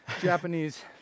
Japanese